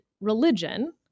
religion